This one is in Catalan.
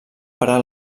parar